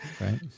Right